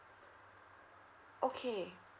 okay